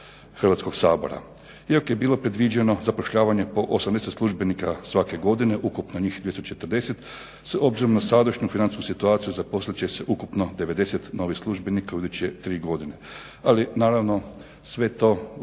Hrvatskog sabora. Iako je bilo predviđeno zapošljavanje po 80 službenika svake godine, ukupno njih 240, s obzirom na sadašnju financijsku situaciju zaposlit će se ukupno 90 novih službenika u iduće tri godine. Ali naravno sve to